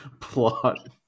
plot